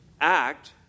act